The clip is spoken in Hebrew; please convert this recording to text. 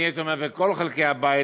אני הייתי אומר, בין כל חלקי הבית.